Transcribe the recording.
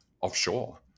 offshore